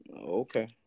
Okay